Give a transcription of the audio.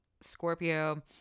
Scorpio